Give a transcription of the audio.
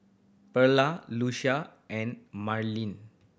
Perla Lucie and Mallorie